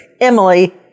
emily